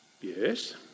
Yes